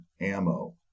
ammo